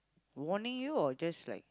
warning you or just like